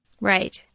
Right